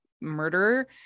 murderer